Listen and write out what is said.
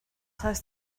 heißt